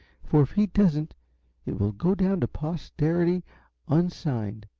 for if he doesn't it will go down to posterity unsigned.